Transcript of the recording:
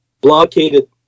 blockaded